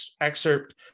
excerpt